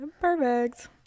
perfect